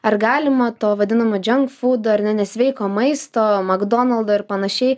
ar galima to vadinamo dženkfudo ar ne nesveiko maisto makdonaldo ir panašiai